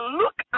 look